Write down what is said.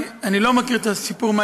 אני לא מכיר את הסיפור,